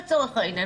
לצורך העניין.